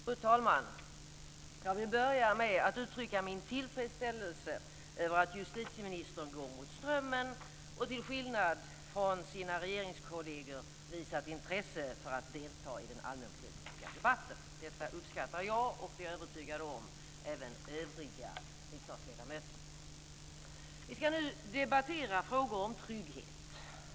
Fru talman! Jag vill börja med att uttrycka min tillfredsställelse över att justitieministern går mot strömmen och till skillnad från sina regeringskolleger visar ett intresse för att delta i den allmänpolitiska debatten. Detta uppskattar jag och - det är jag övertygad om - även övriga riksdagsledamöter. Vi ska nu debattera frågor om trygghet.